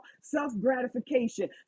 self-gratification